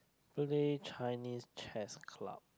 only Chinese chess club